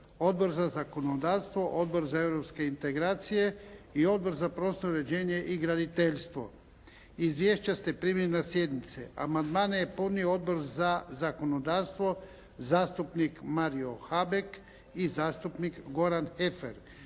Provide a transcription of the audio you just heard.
Odbor za zakonodavstvo, Odbor za europske integracije i Odbor za prostorno uređenje i graditeljstvo. Izvješća ste primili na sjednici. Amandmane je podnio Odbor za zakonodavstvo, zastupnik Mario Habek i zastupnik Goran Heffer.